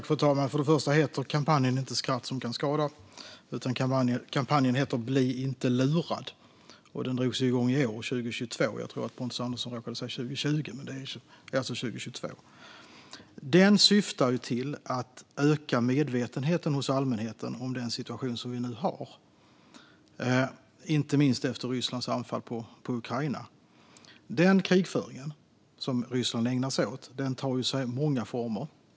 Fru talman! Först och främst heter inte kampanjen Skratt som kan skada, utan kampanjen heter Bli inte lurad. Den drogs igång i år, 2022. Jag tror att Pontus Andersson råkade säga 2020, men det är alltså 2022. Kampanjen syftar till att öka medvetenheten hos allmänheten om den situation som nu råder, inte minst efter Rysslands anfall på Ukraina. Den krigföring som Ryssland ägnar sig åt tar sig många former.